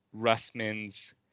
Russman's